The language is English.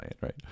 right